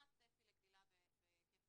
מה הצפי לגדילה בהיקף